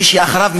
מי שאחריו,